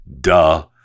duh